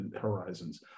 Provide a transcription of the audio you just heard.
horizons